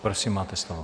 Prosím, máte slovo.